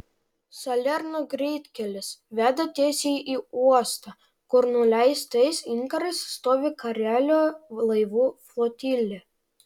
salerno greitkelis veda tiesiai į uostą kur nuleistais inkarais stovi karelio laivų flotilė